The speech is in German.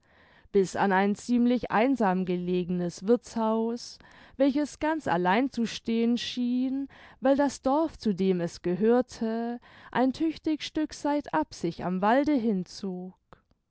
bis an ein ziemlich einsam gelegenes wirthshaus welches ganz allein zu stehen schien weil das dorf zu dem es gehörte ein tüchtig stück seitab sich am walde hinzog